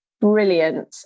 brilliant